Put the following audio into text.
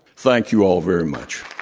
thank you all very much.